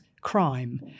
crime